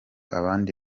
abandi